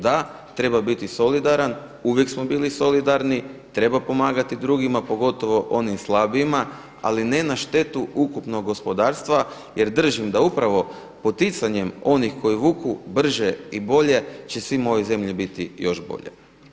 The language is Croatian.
Da, treba biti solidaran, uvijek smo bili solidarni, treba pomagati drugima, pogotovo onim slabijima, ali ne na štetu ukupnog gospodarstva jer držim da upravo poticanjem onih koji vuku brže i bolje će svima u ovoj zemlji biti još bolje.